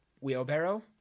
wheelbarrow